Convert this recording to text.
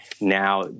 now